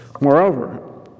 Moreover